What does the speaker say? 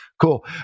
cool